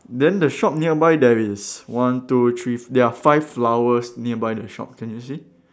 then the shop nearby there is one two three there are five flowers nearby the shop can you see